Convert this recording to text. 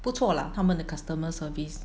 不错 lah 他们的 customer service